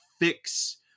fix